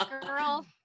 Girl